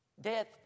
Death